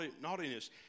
naughtiness